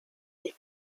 les